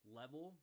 level